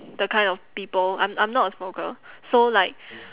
the kind of people I'm I'm not a smoker so like